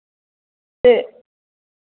ते